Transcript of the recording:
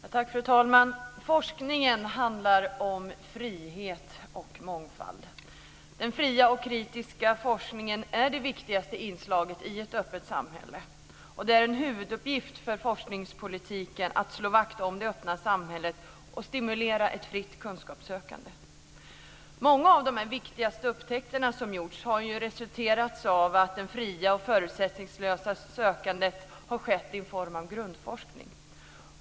Fru talman! Forskning handlar om frihet och mångfald. Den fria och kritiska forskningen är det viktigaste inslaget i ett öppet samhälle. Det är en huvuduppgift för forskningspolitiken att slå vakt om det öppna samhället och att stimulera ett fritt kunskapssökande. Många av de viktigaste upptäckterna som gjorts är ju resultatet av att det fria och förutsättningslösa sökandet har skett i form av grundforskning.